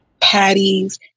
patties